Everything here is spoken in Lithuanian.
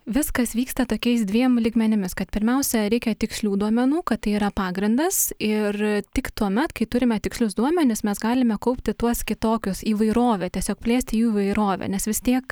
viskas vyksta tokiais dviem lygmenimis kad pirmiausia reikia tikslių duomenų kad tai yra pagrindas ir tik tuomet kai turime tikslius duomenis mes galime kaupti tuos kitokius įvairovę tiesiog plėsti jų įvairovę nes vis tiek